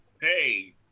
hey